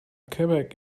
quebec